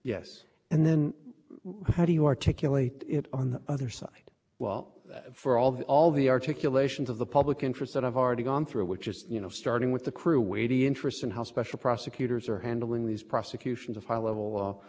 it on the other side well for all the all the articulations of the public interest that i've already gone through which is you know starting with the crew weighty interests and how special prosecutors are handling these prosecutions of high level or investigations of high level criminal don't you think